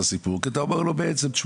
כי אתה בעצם אומר לו "תשמע,